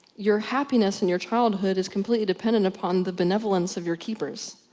your happiness in your childhood is completely dependent upon the benevolence of your keepers.